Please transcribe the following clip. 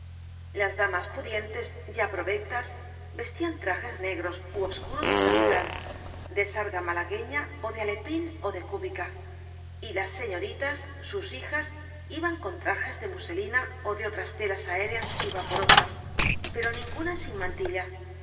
las damas pudientes ya provectas vestían tra jes negros ú obscuros de tafetán de sarga mala gueña ó de alepín ó de cúbica y las señoritas sus hijas iban con trajes de muselina ó de otras telas aéreas y vaporosas pero ninguna sin mantilla